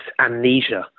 amnesia